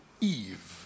Eve